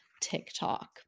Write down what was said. TikTok